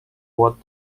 what